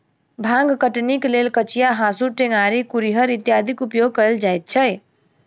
भांग कटनीक लेल कचिया, हाँसू, टेंगारी, कुरिहर इत्यादिक उपयोग कयल जाइत छै